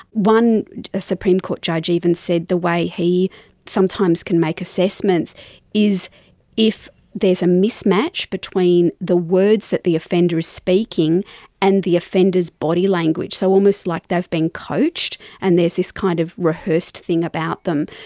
one supreme court judge even said the way he sometimes can make assessments is if there is a mismatch between the words that the offender is speaking and the offender's body language. so almost like they've been coached, and there's this kind of rehearsed thing about them.